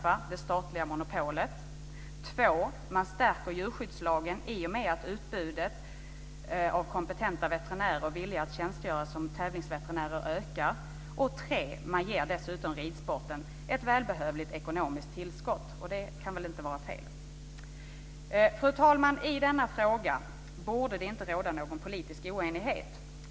2. Man stärker djurskyddslagen i och med att utbudet av kompetenta veterinärer villiga att tjänstgöra som tävlingsveterinärer ökar. 3. Man ger dessutom ett välbehövligt ekonomiskt tillskott, och det kan väl inte vara fel. Fru talman! I denna fråga borde det inte råda någon politisk oenighet.